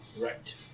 Right